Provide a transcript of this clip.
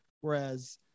whereas